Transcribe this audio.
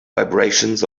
vibrations